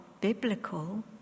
biblical